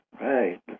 Right